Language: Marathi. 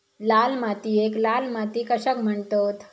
लाल मातीयेक लाल माती कशाक म्हणतत?